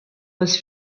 was